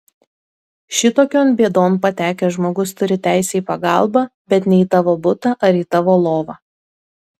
šitokion bėdon patekęs žmogus turi teisę į pagalbą bet ne į tavo butą ar į tavo lovą